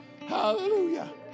hallelujah